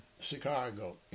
Chicago